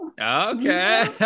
Okay